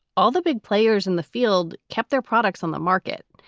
all the big players in the field kept their products on the market.